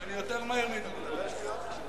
אני יותר מהיר מדודו רותם.